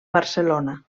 barcelona